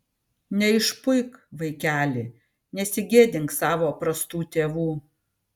neišpuik vaikeli nesigėdink savo prastų tėvų